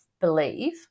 believe